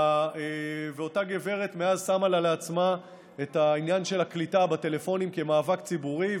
מאז אותה גברת שמה לעצמה את העניין של הקליטה בטלפונים כמאבק ציבורי,